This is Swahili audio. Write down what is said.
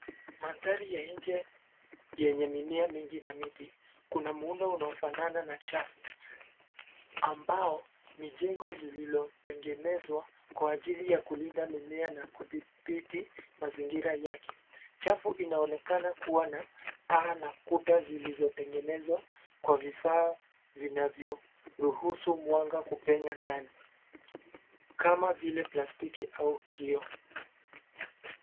Mandhari ya nje yenye mimea mingi na miti, kuna muundo unaofanana na chafu ambao ni jengo lililotengenezwa kwa ajili ya kulinda mimea na kudhibiti mazingira yake. Chafu inaonekana kua na paa na kuta zilizotengenezwa kwa vifaa vinavyo ruhusu mwanga kupenya ndani; kama vile plastiki au kioo.